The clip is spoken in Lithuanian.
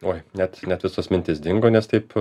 oi net net visos mintys dingo nes taip